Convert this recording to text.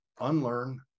unlearn